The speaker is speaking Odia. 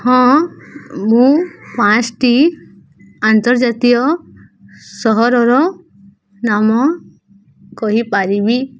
ହଁ ମୁଁ ପାଞ୍ଚଟି ଆନ୍ତର୍ଜାତୀୟ ସହରର ନାମ କହିପାରିବି